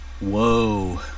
Whoa